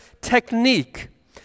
technique